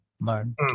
learn